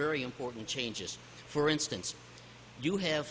very important changes for instance you have